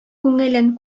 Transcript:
күңелен